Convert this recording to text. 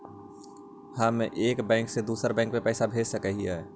हम एक बैंक से दुसर बैंक में पैसा भेज सक हिय?